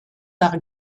par